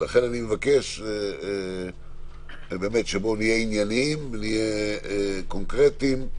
לכן, אני מבקש שנהיה עניינים, קונקרטיים,